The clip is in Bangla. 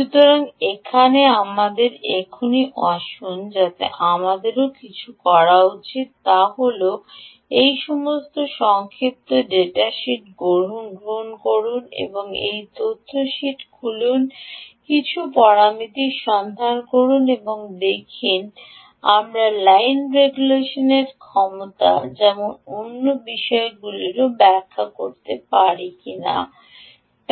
সুতরাং এখন আমাদের এখনই আসুন যখন আমাদের আরও কী করা উচিত তা হল এই সমস্ত সংক্ষিপ্ত করে ডেটা শীটটি গ্রহণ করুন একটি ডেটা শীট খুলুন এবং কিছু পরামিতি সন্ধান করুন এবং দেখুন আমরা লাইন রেগুলেশন ক্ষমতা যেমন অন্যান্য বিষয়গুলিও ব্যাখ্যা করতে পারি কিনা